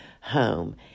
home